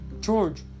George